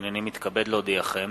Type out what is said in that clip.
הנני מתכבד להודיעכם,